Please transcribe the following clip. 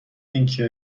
اینکه